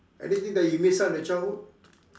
anything that you missed out in the childhood